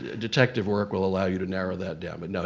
detective work will allow you to narrow that down. but no,